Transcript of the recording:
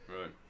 Right